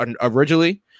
originally